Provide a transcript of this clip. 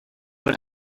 what